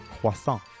croissant